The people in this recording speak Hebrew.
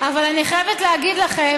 אבל אני חייבת להגיד לכם